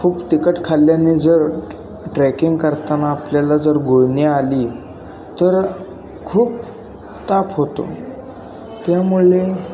खूप तिखट खाल्ल्याने जर ट्रेकिंग करताना आपल्याला जर गुळणे आली तर खूप ताप होतो त्यामुळे